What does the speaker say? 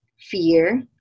fear